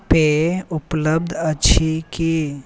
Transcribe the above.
पेय उपलब्ध अछि की